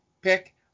pick